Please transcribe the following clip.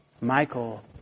Michael